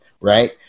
right